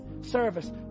service